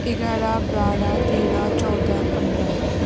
एघार बाह्र तेह्र चौध पन्ध्र